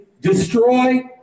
destroy